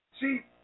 See